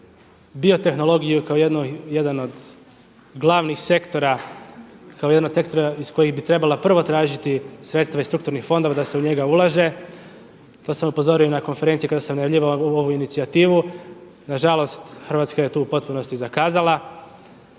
bio tehnologiju kao jedan od glavnih sektora, kao jedan od sektora iz kojeg bi trebala prvo tražiti sredstva iz strukturnih fondova da se u njega ulaže. To sam upozorio i na konferenciji kada sam najavljivao ovu inicijativu. Nažalost, Hrvatska je tu u potpunosti zakazala.